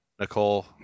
Nicole